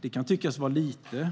Det kan tyckas vara lite,